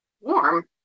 warm